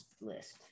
list